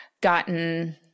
gotten